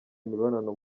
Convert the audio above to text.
imibonano